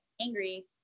angry